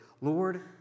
Lord